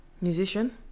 Musician